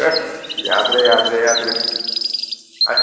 ꯑꯁ ꯌꯥꯗ꯭ꯔꯦ ꯌꯥꯗ꯭ꯔꯦ ꯌꯥꯗ꯭ꯔꯦ ꯑꯁ